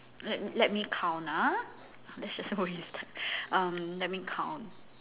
let me let me count ah let's just um let me count